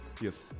Yes